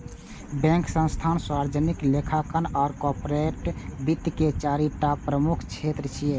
bank, संस्थान, सार्वजनिक लेखांकन आ कॉरपोरेट वित्त के चारि टा प्रमुख क्षेत्र छियै